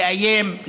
לאיים,